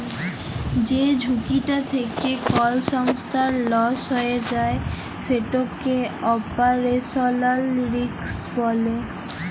যে ঝুঁকিটা থ্যাকে কল সংস্থার লস হঁয়ে যায় সেটকে অপারেশলাল রিস্ক ব্যলে